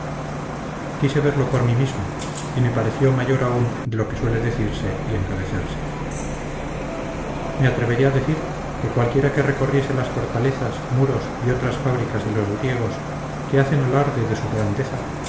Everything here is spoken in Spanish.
quise verlo por mí mismo y me pareció mayor aun de lo que suele decirse y encarecerse me atreveré a decir que cualquiera que recorriese las fortalezas muros y otras fábricas de los griegos que hacen alarde de su grandeza